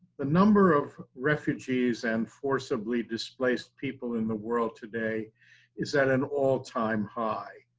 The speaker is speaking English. the number of refugees and forcibly displaced people in the world today is at an all time high.